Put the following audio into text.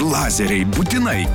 lazeriai būtinai